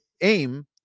aim